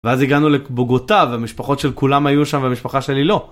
ואז הגענו לבוגוטה, והמשפחות של כולם היו שם והמשפחה שלי לא.